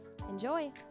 Enjoy